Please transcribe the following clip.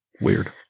Weird